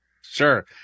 Sure